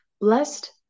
Blessed